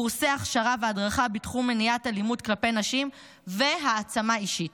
קורסי הכשרה והדרכה בתחום מניעת אלימות כלפי נשים והעצמה אישית.